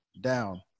down